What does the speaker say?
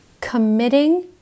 committing